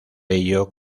ello